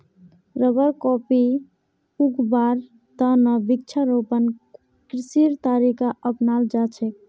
rubber, coffee उगव्वार त न वृक्षारोपण कृषिर तरीका अपनाल जा छेक